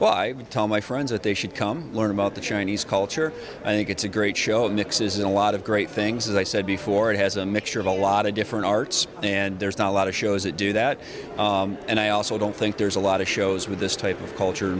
well i tell my friends that they should come learn about the chinese culture i think it's a great show and mixes a lot of great things as i said before it has a mixture of a lot of different arts and there's not a lot of shows that do that and i also don't think there's a lot of shows with this type of culture